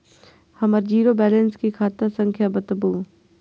हमर zero balance के खाता संख्या बतबु?